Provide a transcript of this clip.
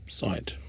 side